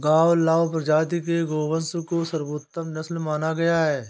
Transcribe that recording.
गावलाव प्रजाति के गोवंश को सर्वोत्तम नस्ल माना गया है